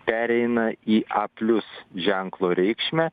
pereina į a plius ženklo reikšmę